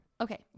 Okay